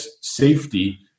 safety